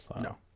No